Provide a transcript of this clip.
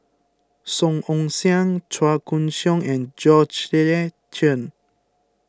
Song Ong Siang Chua Koon Siong and Chen